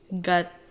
got